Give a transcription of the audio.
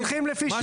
הולכים לפי שווי.